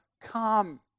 come